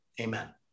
Amen